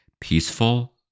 peaceful